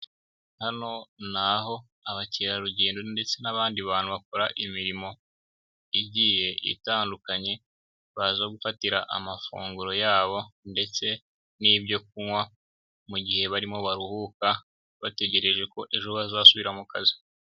Hano ni aho abakerarugendo ndetse n'abandi bantu bakora imirimo igiye itandukanye, baza gufatira amafunguro yabo ndetse n'ibyo kunywa mu gihe barimo baruhuka bategereje ko ejo bazasubira mu kazi.